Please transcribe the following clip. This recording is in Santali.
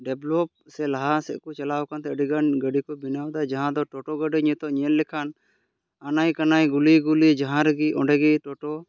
ᱰᱮᱵᱷᱞᱚᱯ ᱥᱮ ᱞᱟᱦᱟ ᱥᱮᱫ ᱠᱚ ᱪᱟᱞᱟᱣ ᱟᱠᱟᱱ ᱛᱮ ᱟᱹᱰᱤ ᱜᱟᱱ ᱜᱟᱹᱰᱤ ᱠᱚ ᱵᱮᱱᱟᱣᱫᱟ ᱡᱟᱦᱟᱸ ᱫᱚ ᱴᱳᱴᱳ ᱜᱟᱹᱰᱤ ᱱᱤᱛᱚᱜ ᱧᱮᱞ ᱞᱮᱠᱷᱟᱱ ᱟᱱᱟᱭ ᱠᱟᱱᱟᱭ ᱜᱩᱞᱤ ᱜᱩᱞᱤ ᱡᱟᱦᱟᱸ ᱨᱮᱜᱮ ᱚᱸᱰᱮ ᱜᱮ ᱴᱳᱴᱳ